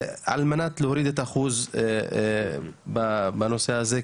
על מנת להוריד את האחוז בנושא הזה,